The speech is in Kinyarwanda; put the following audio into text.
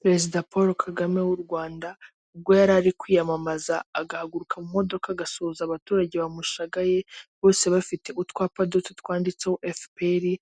Perezida Paul Kagame w'u Rwanda ubwo yarari kwiyamamaza agahaguruka mu modoka agasuhuza abaturage bamushagaye, bose bafite utwapa duto twanditseho efuperi,